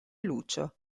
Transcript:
lucio